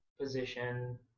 position